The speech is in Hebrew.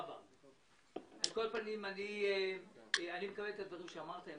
אני מקבל את הדברים שאמרת,